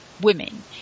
women